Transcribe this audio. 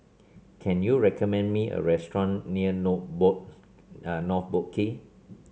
can you recommend me a restaurant near North Boat nor Boat Quay